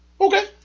Okay